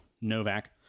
Novak